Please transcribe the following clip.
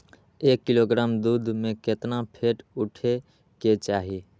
एक किलोग्राम दूध में केतना फैट उठे के चाही?